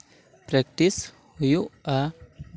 practice ᱦᱩᱭᱩᱜᱼᱟ